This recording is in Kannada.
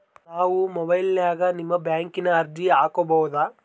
ನಾವು ಮೊಬೈಲಿನ್ಯಾಗ ನಿಮ್ಮ ಬ್ಯಾಂಕಿನ ಅರ್ಜಿ ಹಾಕೊಬಹುದಾ?